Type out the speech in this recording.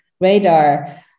radar